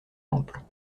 ample